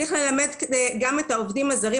צריך ללמד גם את העובדים הזרים,